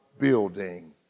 building